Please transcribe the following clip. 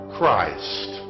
Christ